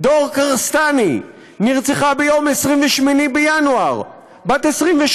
דור כרסנטי, נרצחה ביום 28 בינואר, בת 23,